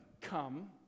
come